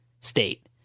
state